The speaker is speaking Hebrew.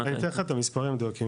אני אתן לך את המספרים המדויקים,